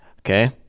Okay